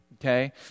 okay